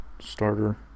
starter